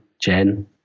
Jen